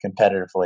competitively